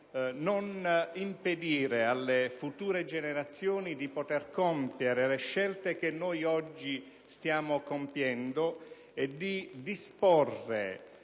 non impedire alle future generazioni di poter compiere le scelte che oggi stiamo compiendo noi e di disporre